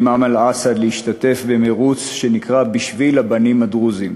אמל אסעד להשתתף במירוץ שנקרא "בשביל הבנים הדרוזים".